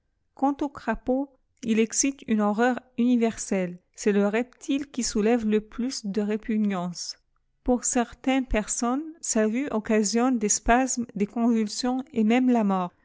quant au crapaud il excite une horreur universehe vest le reptile qui soulève le plus de répugnance pour certaines pèr onnes sa vue occasionné des spasmes des convulsions et même la